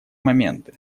моменты